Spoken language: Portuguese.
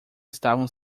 estavam